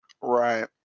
Right